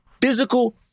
physical